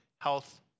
health